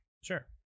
Sure